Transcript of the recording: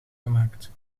gemaakt